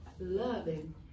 Loving